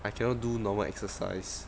I cannot do normal exercise